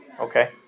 okay